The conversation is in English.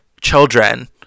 children